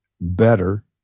better